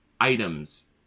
items